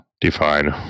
define